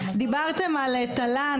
דיברתם על תל"ן,